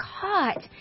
caught